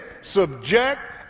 subject